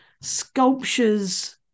Sculptures